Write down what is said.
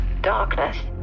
darkness